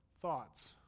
thoughts